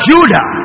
Judah